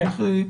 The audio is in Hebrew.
כן.